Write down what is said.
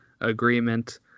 agreement